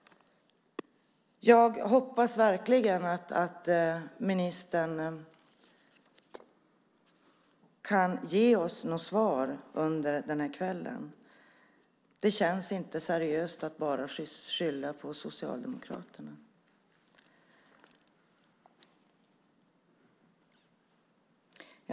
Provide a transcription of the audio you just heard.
Jag hoppas verkligen att ministern kan ge oss ett svar under den här kvällen. Det känns inte seriöst att bara skylla på Socialdemokraterna.